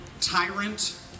tyrant